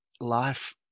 life